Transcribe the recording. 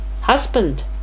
husband